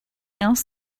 else